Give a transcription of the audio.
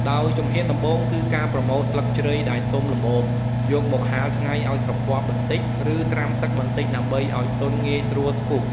ដោយជំហានដំបូងគឺការប្រមូលស្លឹកជ្រៃដែលទុំល្មម យកមកហាលថ្ងៃឲ្យស្រពាប់បន្តិច ឬត្រាំទឹកបន្តិចដើម្បីឲ្យទន់ងាយស្រួលពុះ។